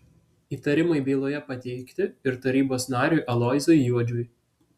įtarimai byloje pateikti ir tarybos nariui aloyzui juodžiui